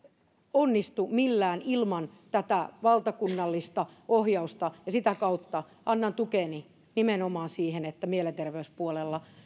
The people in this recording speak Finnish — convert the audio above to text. onnistu millään ilman tätä valtakunnallista ohjausta ja sitä kautta annan tukeni nimenomaan siihen että mielenterveyspuolella